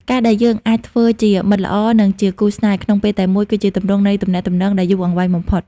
ការដែលយើងអាចធ្វើជា «មិត្តល្អ» និងជា «គូស្នេហ៍» ក្នុងពេលតែមួយ គឺជាទម្រង់នៃទំនាក់ទំនងដែលយូរអង្វែងបំផុត។